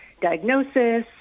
diagnosis